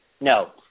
no